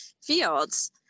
fields